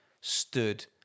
stood